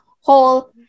whole